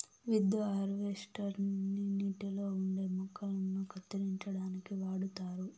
weed harvester ని నీటిలో ఉండే మొక్కలను కత్తిరించడానికి వాడుతారు